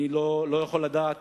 אני לא יכול לדעת